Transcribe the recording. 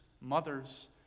mothers